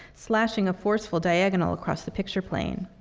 slashing a forceful diagonal across the picture plane.